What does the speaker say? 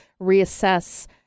reassess